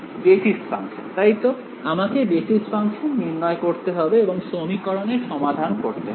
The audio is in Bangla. বেসিস ফাংশন তাইতো আমাকে বেসিস ফাংশন নির্ণয় করতে হবে এবং সমীকরণের সমাধান করতে হবে